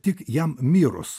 tik jam mirus